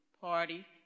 party